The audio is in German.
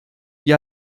die